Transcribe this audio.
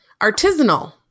artisanal